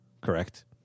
correct